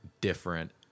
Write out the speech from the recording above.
different